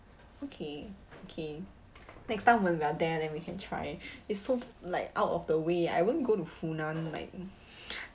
okay okay next time when we are there then we can try it's so like out of the way I won't go to funan like